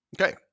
Okay